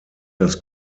das